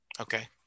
Okay